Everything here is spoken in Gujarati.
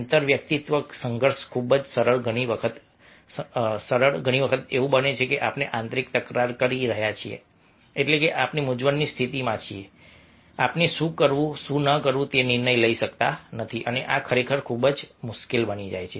આંતરવ્યક્તિત્વ સંઘર્ષ ખૂબ જ સરળ ઘણી વખત એવું બને છે કે આપણે આંતરિક તકરાર કરી રહ્યા છીએ એટલે કે આપણે મૂંઝવણની સ્થિતિમાં છીએ કે આપણે શું કરવું શું ન કરવું તે નિર્ણય લઈ શકતા નથી અને આ ખરેખર ખૂબ મુશ્કેલ બની જાય છે